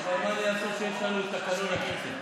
אבל מה אני אעשה שיש לנו את תקנון הכנסת.